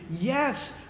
Yes